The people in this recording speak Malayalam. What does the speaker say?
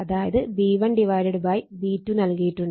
അതായത് V1 V2 നൽകിയിട്ടുണ്ട്